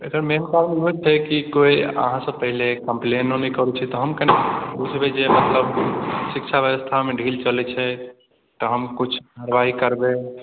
एतय मेन कारण उएह छै कोइ अहाँसे पहिने कम्प्लेनो नहि करैत छै तऽ हम केना बुझबै जे मतलब शिक्षा व्यवस्थामे ढील चलै छै तऽ हम किछु कार्यवाही करबै